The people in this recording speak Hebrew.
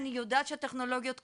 אני יודעת שהטכנולוגיות קיימות,